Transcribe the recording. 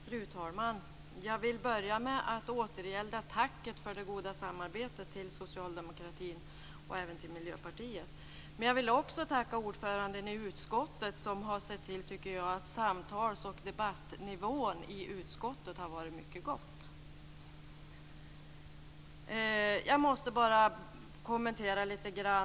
Fru talman! Jag vill börja med att återgälda tacket för det goda samarbetet till socialdemokratin, och även till Miljöpartiet. Jag vill också tacka ordföranden i utskottet, som har sett till, tycker jag, att samtals och debattnivån i utskottet har varit mycket god. Jag måste bara kommentera en sak lite grann.